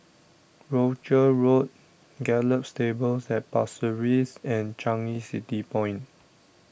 Rochor Road Gallop Stables at Pasir Ris and Changi City Point